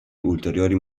ulteriori